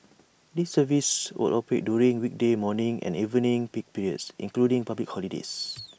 these services will operate during weekday morning and evening peak periods excluding public holidays